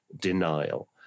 denial